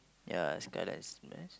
ya skyline is the best